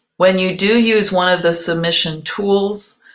when you do use one of the submission tools,